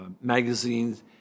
magazines